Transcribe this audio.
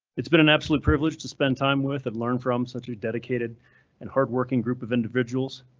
it's been an absolute privilege to spend time with and learn from such a dedicated and hardworking group of individuals.